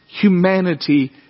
humanity